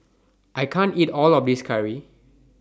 I can't eat All of This Curry